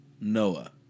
Noah